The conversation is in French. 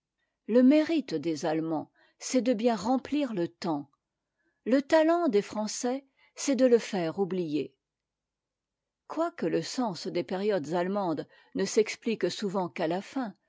le mérite dès allemands c'est de bien remplir le temps le talent des français c'est de le faire oublier quoique le sens des périodes allemandes ne s'explique souvent qu'à la fin